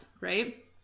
right